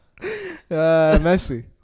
Messi